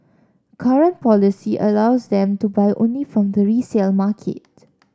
current policy allows them to buy only from the resale market